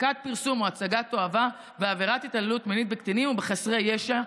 הפקת פרסום או הצגת תועבה ועבירת התעללות מינית בקטינים ובחסרי ישע,